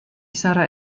sarra